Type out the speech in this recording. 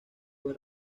fue